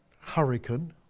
hurricane